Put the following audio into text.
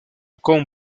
con